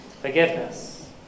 Forgiveness